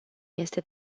este